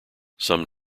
some